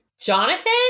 Jonathan